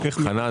חנן,